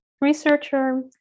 researcher